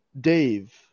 Dave